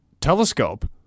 telescope